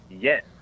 Yes